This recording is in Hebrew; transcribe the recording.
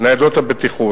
ניידות הבטיחות.